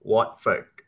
Watford